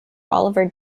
oliver